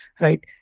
right